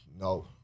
No